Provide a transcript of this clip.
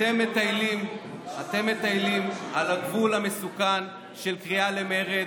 אתם מטיילים על הגבול המסוכן של קריאה למרד,